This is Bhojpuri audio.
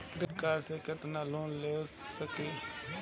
क्रेडिट कार्ड से कितना तक लोन ले सकईल?